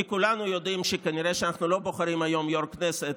כי כולנו יודעים שכנראה אנחנו לא בוחרים היום יו"ר כנסת,